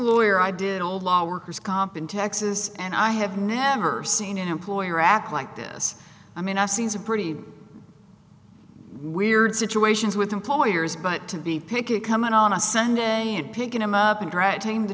lawyer i did all the worker's comp in texas and i have never seen an employer act like this i mean i see as a pretty weird situations with employers but to be picky coming on a sunday and picking him up and